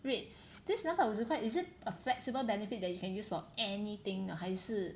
wait this 两百五十块 is it a flexible benefit that you can use for anything or not 还是